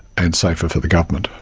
and safer for the government.